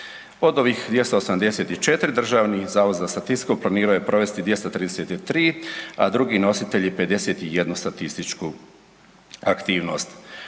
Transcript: Od ovih 284 Državni zavod za statistiku planirao je provesti 233, a drugi nositelji 51 statističku aktivnost.